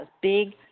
Big